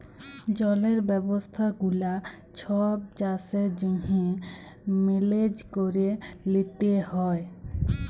জলের ব্যবস্থা গুলা ছব চাষের জ্যনহে মেলেজ ক্যরে লিতে হ্যয়